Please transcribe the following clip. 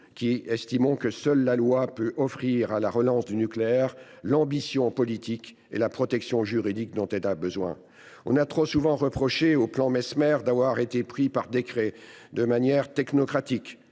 qui estimons que seule la loi peut offrir à la relance du nucléaire l’ambition politique et la protection juridique dont elle a besoin. On a trop souvent reproché au plan Messmer d’avoir été imposé par décret, de manière technocratique.